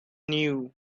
knew